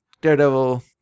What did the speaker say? Daredevil